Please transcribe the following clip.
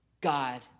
god